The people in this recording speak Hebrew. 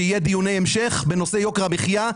שיהיו דיוני המשך בנושא יוקר המחיה,